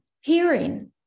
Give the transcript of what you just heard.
hearing